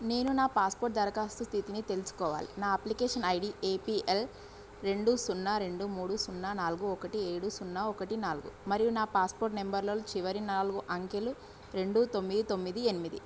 నేను నా పాస్పోర్ట్ దరఖాస్తు స్థితిని తెలుసుకోవాలి నా అప్లికేషన్ ఐడీ ఏపిఎల్ రెండు సున్నా రెండు మూడు సున్నా నాలుగు ఒకటి ఏడు సున్నా ఒకటి నాలుగు మరియు నా పాస్పోర్ట్ నంబర్లలో చివరి నాలుగు అంకెలు రెండు తొమ్మిది తొమ్మిది ఎనిమిది